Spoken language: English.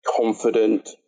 confident